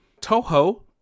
Toho